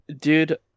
dude